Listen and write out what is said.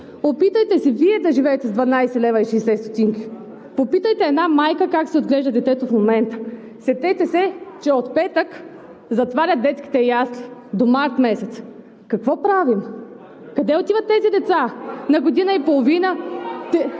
Опитайте се Вие да живеете с 12,60 лв., попитайте една майка как си отглежда детето в момента. Сетете се, че от петък затварят детските ясли до месец март, какво правим, къде отиват тези деца – на година и половина…